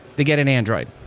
they get an android.